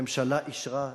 הממשלה אישרה,